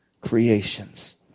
creations